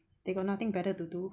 they got nothing better to do